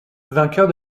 vainqueur